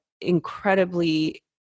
incredibly